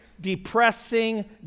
depressing